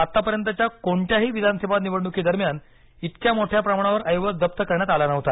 आतापर्यंतच्या कोणत्याही विधानसभा निवडणुकीदरम्यान इतक्या मोठ्या प्रमाणावर ऐवज जप्त करण्यात आला नव्हता